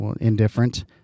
indifferent